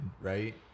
right